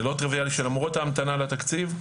זה לא טרוויאלי שלמרות ההמתנה לתקציב,